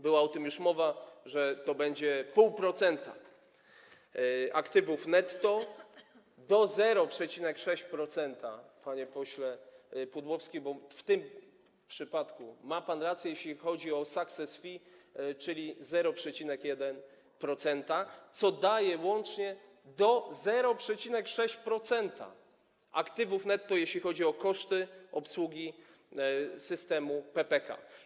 Była o tym już mowa, że to będzie 0,5% aktywów netto do 0,6%, panie pośle Pudłowski, w tym przypadku ma pan rację, jeśli chodzi o success fee, czyli 0,1%, co daje łącznie do 0,6% aktywów netto, jeśli chodzi o koszty obsługi systemu PPK.